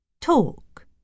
Talk